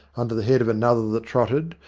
under the head of another that trotted,